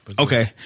Okay